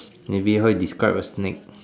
maybe how you describe a snake